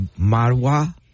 Marwa